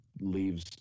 leaves